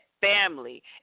family